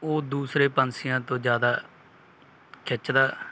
ਉਹ ਦੂਸਰੇ ਪੰਛੀਆਂ ਤੋਂ ਜ਼ਿਆਦਾ ਖਿੱਚ ਦਾ